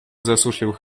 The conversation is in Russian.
засушливых